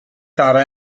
sarra